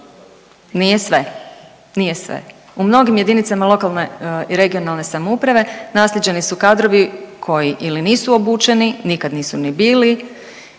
nije sve. U mnogim jedinicama lokalne i regionalne samouprave naslijeđeni su kadrovi koji ili nisu obučeni, nikad nisu ni bili.